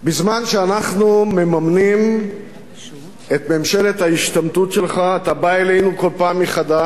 בזמן שאנחנו מממנים את ממשלת ההשתמטות שלך אתה בא אלינו כל פעם מחדש,